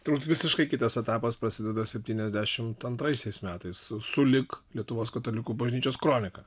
turbūt visiškai kitas etapas prasideda septyniasdešimt antraisiais metais sulig lietuvos katalikų bažnyčios kronika